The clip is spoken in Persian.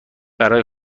برای